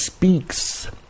speaks